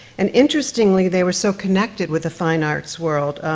and interestingly, they were so connected with the fine arts world.